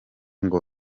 ngo